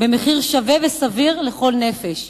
במחיר סביר ושווה לכל נפש.